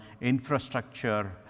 infrastructure